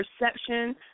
Perception